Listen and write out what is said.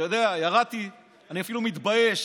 אני אפילו מתבייש